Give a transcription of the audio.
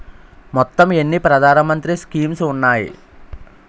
మొత్తం ఎన్ని ప్రధాన మంత్రి స్కీమ్స్ ఉన్నాయి?